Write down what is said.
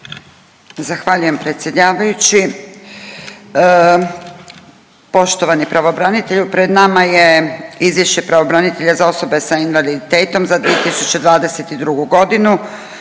Zahvaljujem predsjedavajući. Poštovani pravobranitelju, pred nama je Izvješće pravobranitelja za osobe sa invaliditetom za 2022. g.